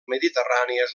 mediterrànies